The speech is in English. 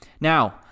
Now